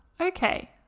Okay